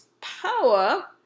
power